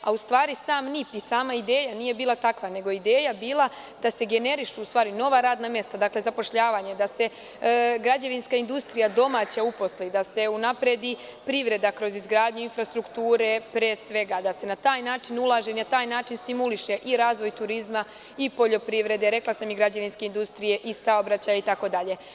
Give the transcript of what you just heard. U stvari, sam NIP i sama ideja nije bila takva, nego je ideja bila da se generišu nova radna mesta, zapošljavanje, da se građevinska industrija domaća uposli, da se unapredi privreda kroz izgradnju infrastrukture, pre svega, da se na taj način ulaže i na taj način stimuliše i razvoj turizma i poljoprivrede, rekla sam, i građevinske industrije i saobraćaja itd.